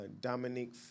Dominique